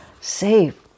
safe